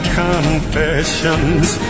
confession's